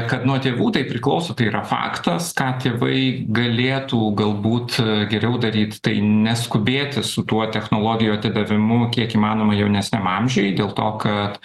kad nuo tėvų tai priklauso tai yra faktas ką tėvai galėtų galbūt geriau daryt tai neskubėti su tuo technologijų atidavimu kiek įmanoma jaunesniam amžiui dėl to kad